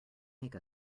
make